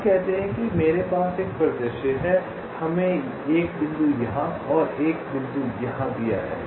हम कहते हैं कि मेरे पास एक परिदृश्य है हमें एक बिंदु यहाँ और एक बिंदु यहाँ दिया है